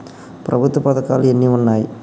ప్రభుత్వ పథకాలు ఎన్ని ఉన్నాయి?